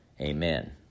Amen